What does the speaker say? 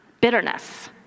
bitterness